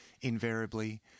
Invariably